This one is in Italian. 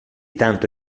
tanto